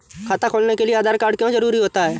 खाता खोलने के लिए आधार कार्ड क्यो जरूरी होता है?